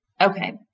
okay